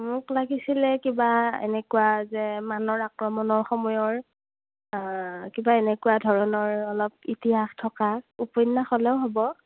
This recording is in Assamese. মোক লাগিছিল কিবা এনেকুৱা যে মানৰ আক্ৰমণৰ সময়ৰ কিবা এনেকুৱা ধৰণৰ অলপ ইতিহাস থকা উপন্যাস হ'লেও হ'ব